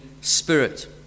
spirit